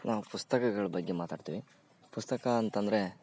ನಾವು ಪುಸ್ತಕಗಳು ಬಗ್ಗೆ ಮಾತಡ್ತೀವಿ ಪುಸ್ತಕ ಅಂತಂದರೆ